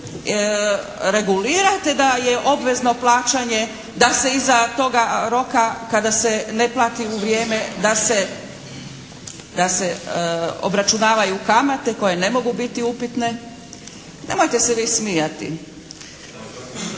regulirate da je obvezno plaćanje, da se iza toga roka kada se ne plati na vrijeme da se obračunavaju kamate koje ne mogu biti upitne. Nemojte se vi smijati.